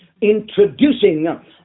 introducing